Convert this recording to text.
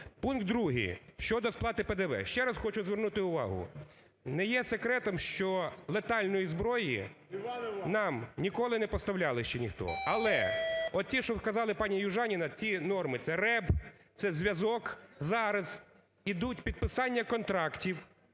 Пункт другий, щодо сплати ПДВ. Ще раз хочу звернути увагу, не є секретом, що летальної зброї нам ніколи не поставляли ще ніхто. Але ті, що сказала пані Южаніна, ті норми – це РЕБ, це зв'язок зараз, ідуть підписання контрактів